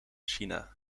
china